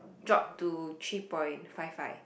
drop to three point five five